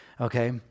okay